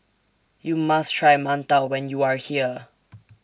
YOU must Try mantou when YOU Are here